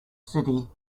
city